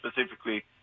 specifically